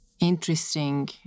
interesting